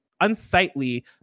unsightly